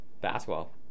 basketball